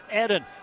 Eden